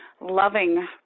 loving